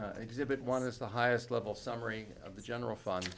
exhibit one of the highest level summary of the general fund